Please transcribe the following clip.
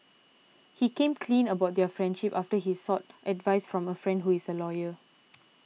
he came clean about their friendship after he sought advice from a friend who is a lawyer